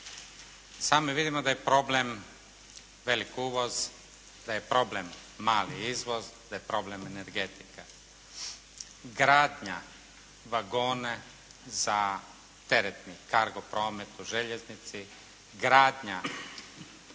Sami vidimo da je problem velik uvoz, da je problem mali izvoz, da je problem energetika. Gradnja vagona za teretni kargo promet u željeznici, gradnja